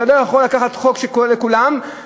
אתה לא יכול לקחת חוק שכולל את כולם,